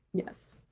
yes.